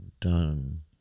done